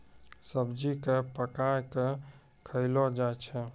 सब्जी क पकाय कॅ खयलो जाय छै